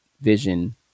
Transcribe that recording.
vision